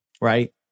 right